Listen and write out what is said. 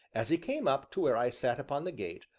as he came up to where i sat upon the gate,